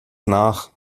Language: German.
nach